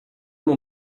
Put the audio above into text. mon